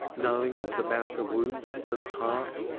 knowing i was about to wound them to the heart?